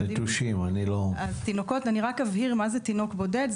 אני רק אבהיר מה זה תינוק בודד.